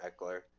Eckler